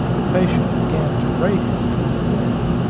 the patient began to rate him from within,